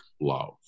love